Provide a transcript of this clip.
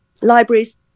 Libraries